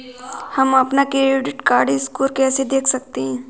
हम अपना credit score कैसे देख सकते हैं?